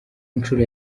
nshuro